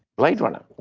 blade runner.